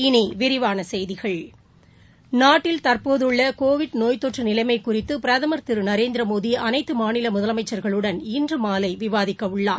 இனிவிரிவானசெய்திகள் நாட்டில் தற்போதுள்ளகோவிட் நோய் தொற்றுநிலைமைகுறித்துபிரதமர் திருநரேந்திரமோடிஅனைத்தமாநிலமுதலமைச்சா்களுடன் இன்றுமாலைவிவாதிக்கவுள்ளார்